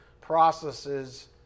processes